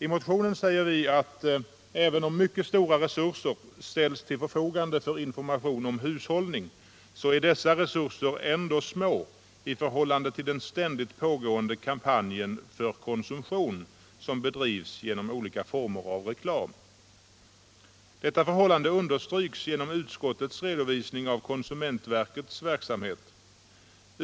I motionen säger vi att även om mycket stora resurser ställs till förfogande för information om hushållning, så är dessa ändå små i förhållande till den ständigt pågående kampanjen för konsumtion som bedrivs genom olika former av reklam. Detta förhållande understrykes genom utskottets redovisning av konsumentverkets verksamhet.